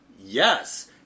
Yes